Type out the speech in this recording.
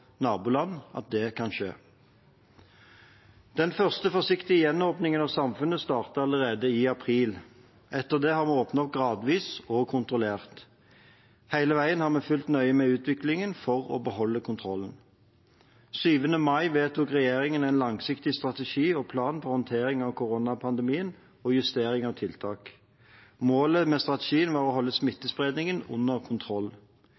naboland at det kan skje. Den første forsiktige gjenåpningen av samfunnet startet allerede i april. Etter det har vi åpnet opp gradvis og kontrollert. Hele veien har vi fulgt nøye med på utviklingen for å beholde kontrollen. Den 7. mai vedtok regjeringen en langsiktig strategi og plan for håndtering av koronapandemien og justering av tiltak. Målet med strategien var å holde smittespredningen under kontroll.